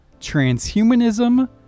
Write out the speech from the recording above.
transhumanism